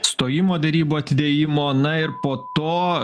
stojimo derybų atidėjimo na ir po to